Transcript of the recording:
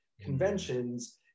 conventions